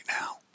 now